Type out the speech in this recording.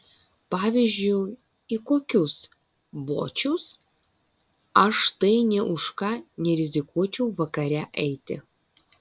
pavyzdžiui į kokius bočius aš tai nė už ką nerizikuočiau vakare eiti